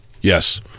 Yes